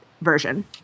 version